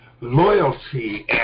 loyalty